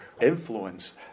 influence